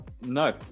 no